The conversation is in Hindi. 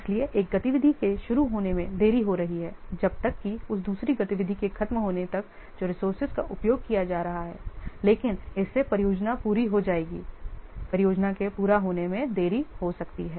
इसलिए एक गतिविधि के शुरू होने में देरी हो रही है जब तक कि उस दूसरी गतिविधि के खत्म होने तक जो रिसोर्सेज का उपयोग किया जा रहा है इसलिए लेकिन इससे परियोजना पूरी हो जाएगी परियोजना के पूरा होने में देरी हो सकती है